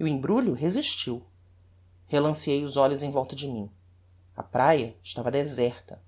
o embrulho resistiu relanceei os olhos em volta de mim a praia estava deserta